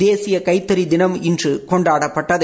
தேசிய கைத்தறி தினம் இன்று கொண்டாடப்பட்டது